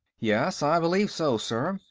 yes, i believe so, sir.